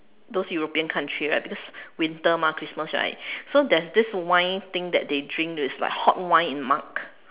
those European country right because the winter mah Christmas right so there's this wine thing that they drink which is like hot wine in mug